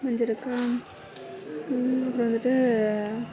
வெந்துருக்கா வந்துட்டு